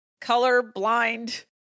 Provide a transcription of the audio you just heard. colorblind